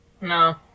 No